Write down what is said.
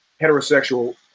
heterosexual